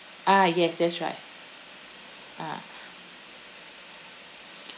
ah yes that's right ah